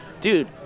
dude